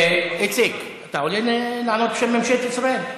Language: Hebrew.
איציק, אתה עולה לענות בשם ממשלת ישראל?